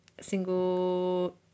single